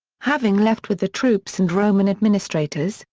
having left with the troops and roman administrators,